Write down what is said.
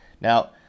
now